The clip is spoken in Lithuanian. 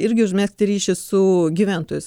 irgi užmegzti ryšį su gyventojais